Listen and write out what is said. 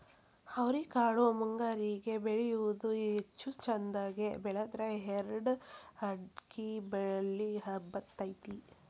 ಅವ್ರಿಕಾಳು ಮುಂಗಾರಿಗೆ ಬೆಳಿಯುವುದ ಹೆಚ್ಚು ಚಂದಗೆ ಬೆಳದ್ರ ಎರ್ಡ್ ಅಕ್ಡಿ ಬಳ್ಳಿ ಹಬ್ಬತೈತಿ